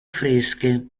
fresche